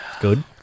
Good